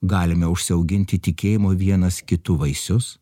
galime užsiauginti tikėjimo vienas kitu vaisius